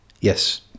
yes